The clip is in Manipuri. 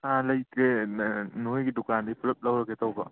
ꯑꯥ ꯂꯩꯇ꯭ꯔꯤꯌꯦ ꯅꯣꯏꯒꯤ ꯗꯨꯀꯥꯟꯗꯩ ꯄꯨꯂꯞ ꯂꯧꯔꯒꯦ ꯇꯧꯕ